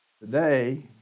Today